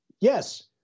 Yes